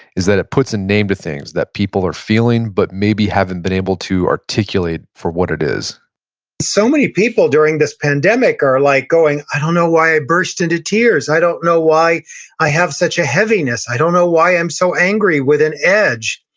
is that it puts a name to things that people are feeling, but maybe haven't been able to articulate for what it is so many people during this pandemic are like going, i don't know why i burst into tears. i don't know why i have such a heaviness. i don't know why i'm so angry with an edge.